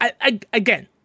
Again